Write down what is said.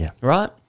right